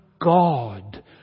God